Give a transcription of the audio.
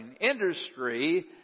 industry